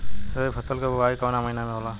रबी फसल क बुवाई कवना महीना में होला?